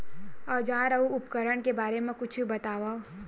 औजार अउ उपकरण के बारे मा कुछु बतावव?